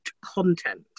content